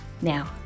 Now